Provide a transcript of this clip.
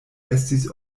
estis